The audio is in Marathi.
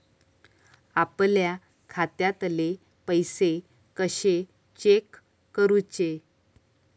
आपल्या खात्यातले पैसे कशे चेक करुचे?